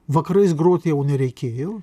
vakarais groti jau nereikėjo